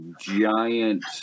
giant